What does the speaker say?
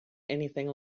anything